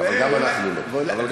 גם אנחנו לא.